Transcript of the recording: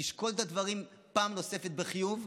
תשקול את הדברים פעם נוספת בחיוב,